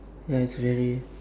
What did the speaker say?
ya it's very